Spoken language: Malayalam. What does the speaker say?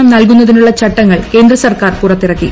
സംരക്ഷണം നൽകുന്നത്തിനുള്ള ചട്ടങ്ങൾ കേന്ദ്രസർക്കാർ പുറത്തിറക്കി